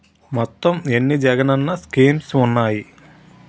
మొత్తం ఎన్ని జగనన్న స్కీమ్స్ ఉన్నాయి?